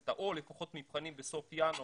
האוניברסיטה או לפחות מבחנים בסוף ינואר,